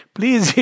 Please